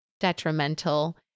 Detrimental